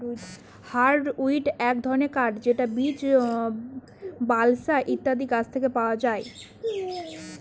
hardwood এক ধরনের কাঠ যেটা বীচ, বালসা ইত্যাদি গাছ থেকে পাওয়া যায়